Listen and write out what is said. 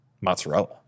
mozzarella